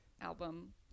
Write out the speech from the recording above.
album